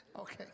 Okay